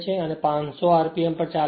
અને 500 rpm પર ચાલે છે